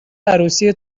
عروسی